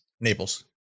Naples